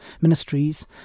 ministries